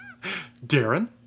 Darren